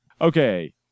Okay